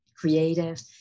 creative